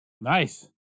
Nice